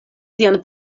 sian